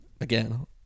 again